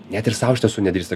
net ir sau iš tiesų nedrįsta